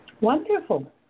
Wonderful